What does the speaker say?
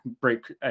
break